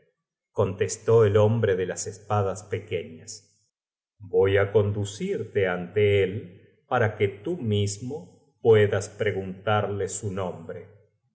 contestó el hombre de las espadas pequeñas voy á conducirte ante él para que tú mismo puedas preguntarle su nombre